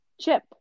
chip